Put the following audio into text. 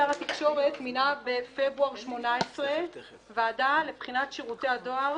שר התקשורת מינה בנובמבר 2018 ועדה לבחינת שירותי הדואר